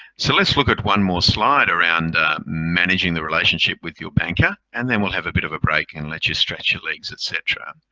so let's look at one more slide around managing the relationship with your banker and then we'll have a bit of a break and let you stretch your legs, etc.